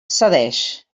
cedeix